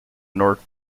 north